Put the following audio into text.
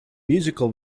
musical